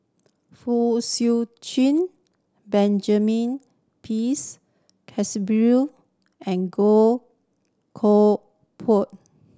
Fong Chee Benjamin Pease Keasberry and Goh Koh